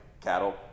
cattle